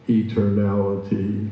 eternality